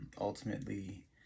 ultimately